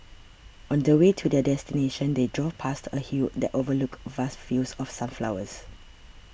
on the way to their destination they drove past a hill that overlooked vast fields of sunflowers